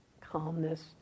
calmness